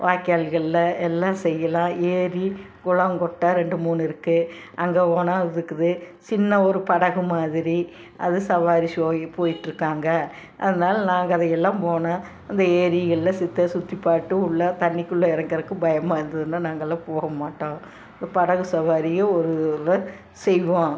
வாய்க்கால்களில் எல்லாம் செய்யலாம் ஏரி குளம் குட்டை ரெண்டு மூணு இருக்குது அங்கே ஓணா இருக்குது சின்ன ஒரு படகு மாதிரி அது சவாரி ஷோ போய்கிட்ருக்காங்க அதனால் நாங்கள் அதையெல்லாம் போனோம் அந்த ஏரிகளில் சித்த சுற்றி பார்த்துட்டு உள்ளே தண்ணிக்குள்ளே இறங்குறக்கு பயமாக இருந்துதுன்னால் நாங்களெலாம் போகமாட்டோம் படகு சவாரியே ஒருல செய்வோம்